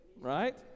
right